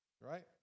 Right